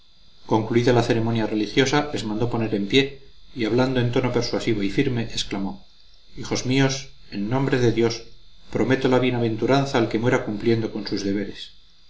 concluida la ceremonia religiosa les mandó poner en pie y hablando en tono persuasivo y firme exclamó hijos míos en nombre de dios prometo la bienaventuranza al que muera cumpliendo con sus deberes